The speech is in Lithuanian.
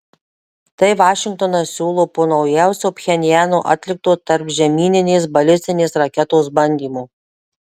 tai vašingtonas siūlo po naujausio pchenjano atlikto tarpžemyninės balistinės raketos bandymo